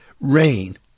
rain